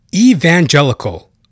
evangelical